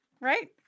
right